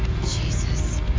Jesus